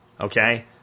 okay